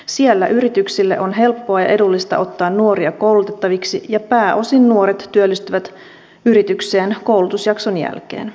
siellä yrityksille on helppoa ja edullista ottaa nuoria koulutettaviksi ja pääosin nuoret työllistyvät yritykseen koulutusjakson jälkeen